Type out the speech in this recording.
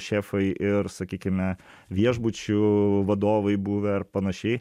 šefai ir sakykime viešbučių vadovai buvę ar panašiai